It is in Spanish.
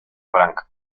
frank